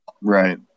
Right